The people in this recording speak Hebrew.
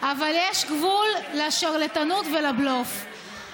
אבל יש גבול לשרלטנות ולבלוף.